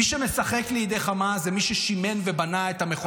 מי שמשחק לידי חמאס הוא מי ששימן ובנה את המכונה הרצחנית.